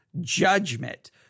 judgment